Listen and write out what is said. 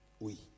oui